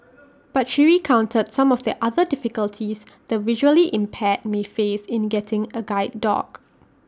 but she recounted some of the other difficulties the visually impaired may face in getting A guide dog